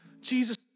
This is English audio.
Jesus